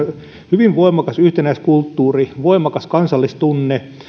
hyvin voimakas yhtenäiskulttuuri voimakas kansallistunne